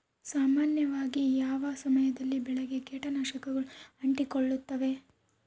ಸಾಮಾನ್ಯವಾಗಿ ಯಾವ ಸಮಯದಲ್ಲಿ ಬೆಳೆಗೆ ಕೇಟನಾಶಕಗಳು ಅಂಟಿಕೊಳ್ಳುತ್ತವೆ?